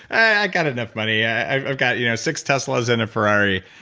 i got enough money. i've got you know six tesla's in a ferrari.